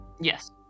Yes